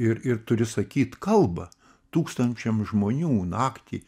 ir ir turi sakyt kalbą tūkstančiam žmonių naktį